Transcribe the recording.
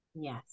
Yes